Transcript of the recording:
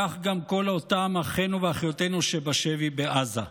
כך גם כל אותם אחינו ואחיותינו שבשבי בעזה.